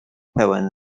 pełen